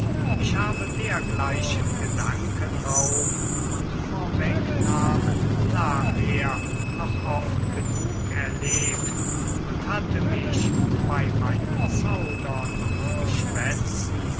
ich habe dergleichen gedankenraub und vorwegnahmen nachher noch oft genug erlebt und hatte mich bei meinem zaudern und